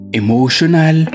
emotional